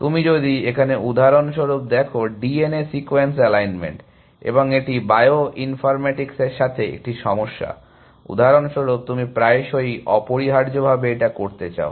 তুমি যদি এখানে উদাহরণস্বরূপ দেখো D N A sequence alignment এবং এটি বায়ো ইনফরমেটিক্সের সাথে একটি সমস্যা উদাহরণস্বরূপ তুমি প্রায়শই অপরিহার্যভাবে এটা করতে চাও